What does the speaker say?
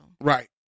Right